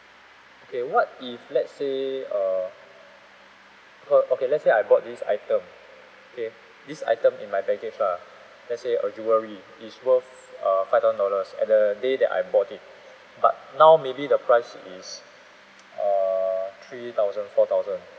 okay what if let's say err her okay let's say I bought this item okay this item in my baggage lah let's say a jewellery it's worth uh five thousand dollars at the day that I bought it but now maybe the price is err three thousand four thousand